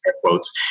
quotes